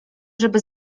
żeby